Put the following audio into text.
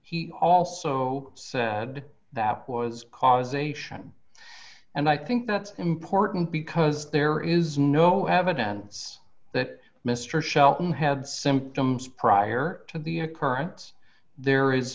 he also said that was causation and i think that's important because there is no evidence that mr shelton had symptoms prior to the occurrence there is